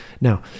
now